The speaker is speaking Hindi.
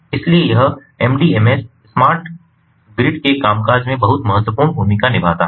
इसलिए यह MDMS स्मार्ट ग्रिड के कामकाज में बहुत महत्वपूर्ण भूमिका निभाता है